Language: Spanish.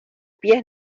pies